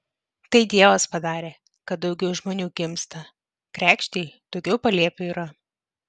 tai dievas padarė kad daugiau žmonių gimsta kregždei daugiau palėpių yra